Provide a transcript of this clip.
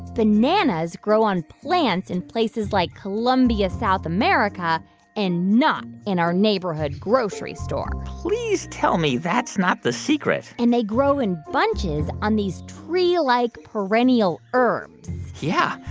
bananas grow on plants in places like colombia, south america and not in our neighborhood grocery store please tell me that's not the secret and they grow in bunches on these tree-like perennial herbs yeah.